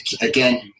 again